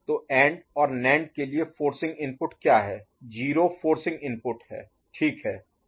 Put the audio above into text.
तो AND और NAND के लिए फोर्सिंग इनपुट क्या है 0 फोर्सिंग इनपुट है ठीक है